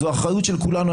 זאת אחריות של כולנו.